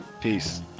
Peace